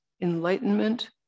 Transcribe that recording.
enlightenment